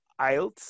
IELTS